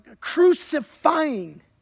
crucifying